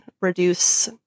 reduce